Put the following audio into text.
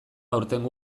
aurtengo